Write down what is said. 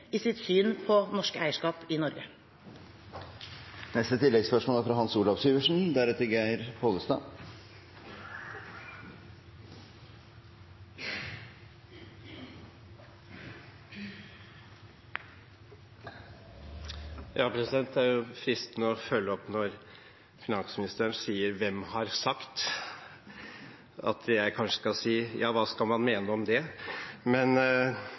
i sitt syn på norsk eierskap i Norge. Hans Olav Syversen – til oppfølgingsspørsmål. Det er fristende å følge opp når finansministeren sier: «hvem har sagt», med at jeg kanskje skal si: Ja, hva skal man mene om det? Men